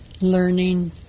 learning